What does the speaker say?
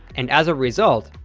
and as a result,